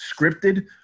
scripted